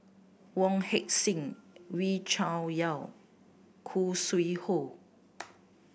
Wong Heck Sing Wee Cho Yaw Khoo Sui Hoe